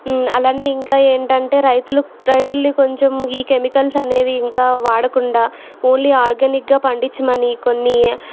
అలానే ఇంకా ఏంటంటే రైతులు రైతుల్ని కొంచెం ఈ కెమికల్స్ అనేవి ఇంకా వాడకుండా ఓన్లీ ఆర్గానిక్ గా పండించమని కొన్ని